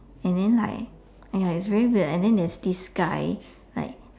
and then like !aiya! it's very weird and then there's this guy like